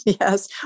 Yes